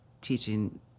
teaching